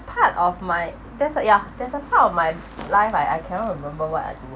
part of my that's a yeah there's a part of my life I I cannot remember what I do